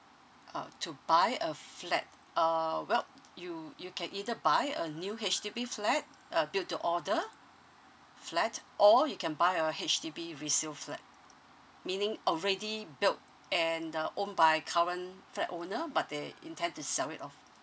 oh to buy a flat uh well you you can either buy a new H_D_B flat uh build to order flat or you can buy a H_D_B resale flat meaning already built and uh owned by current flat owner but they intend to sell it off